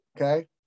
okay